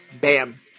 Bam